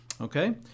Okay